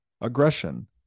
aggression